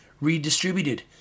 redistributed